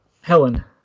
Helen